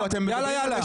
יאללה, יאללה.